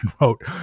wrote